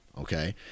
okay